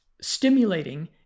stimulating